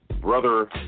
Brother